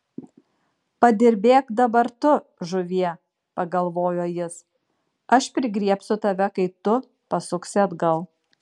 padirbėk dabar tu žuvie pagalvojo jis aš prigriebsiu tave kai tu pasuksi atgal